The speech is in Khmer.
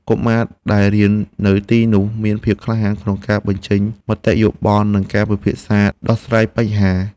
កុមារដែលរៀននៅទីនោះមានភាពក្លាហានក្នុងការបញ្ចេញមតិយោបល់និងការពិភាក្សាដោះស្រាយបញ្ហា។